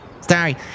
Sorry